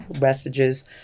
messages